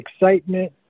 excitement